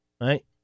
Right